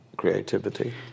Creativity